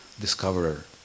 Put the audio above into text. discoverer